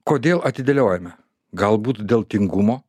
kodėl atidėliojame galbūt dėl tingumo